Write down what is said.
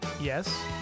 Yes